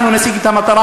אנחנו נשיג את המטרה,